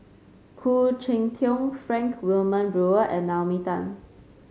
Khoo Cheng Tiong Frank Wilmin Brewer and Naomi Tan